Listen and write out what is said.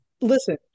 Listen